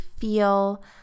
feel